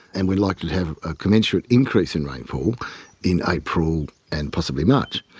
and we're likely to have a commensurate increase in rainfall in april and possibly march.